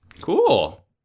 Cool